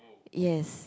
yes